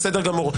בסדר גמור.